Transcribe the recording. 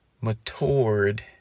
matured